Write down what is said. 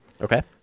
Okay